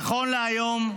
נכון להיום,